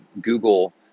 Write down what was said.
Google